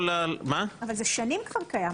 אבל זה שנים כבר קיים.